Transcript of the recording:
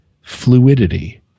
fluidity